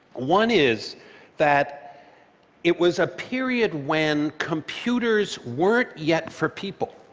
one is that it was a period when computers weren't yet for people.